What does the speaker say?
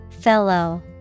fellow